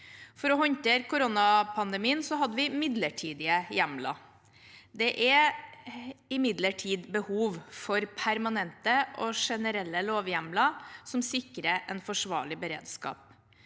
For å håndtere koronapandemien hadde vi midlertidige hjemler. Det er imidlertid behov for permanente og generelle lovhjemler som sikrer en forsvarlig beredskap.